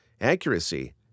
accuracy